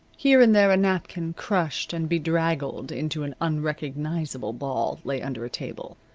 here and there a napkin, crushed and bedraggled into an unrecognizable ball, lay under a table.